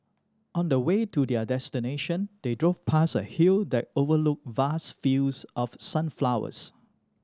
on the way to their destination they drove past a hill that overlooked vast fields of sunflowers